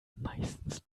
meistens